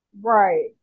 Right